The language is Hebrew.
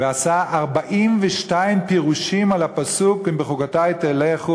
ועשה 42 פירושים על הפסוק "אם בחקותי תלכו